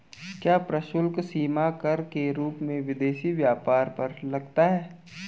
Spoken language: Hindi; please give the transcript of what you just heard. क्या प्रशुल्क सीमा कर के रूप में विदेशी व्यापार पर लगता है?